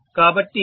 కాబట్టి నేను 1